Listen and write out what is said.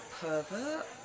pervert